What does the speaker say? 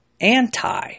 anti